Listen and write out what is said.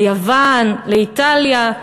ליוון, לאיטליה,